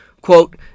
quote